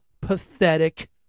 pathetic